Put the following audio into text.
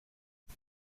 mit